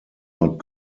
not